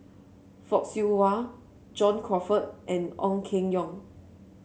Fock Siew Wah John Crawfurd and Ong Keng Yong